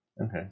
Okay